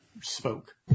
Spoke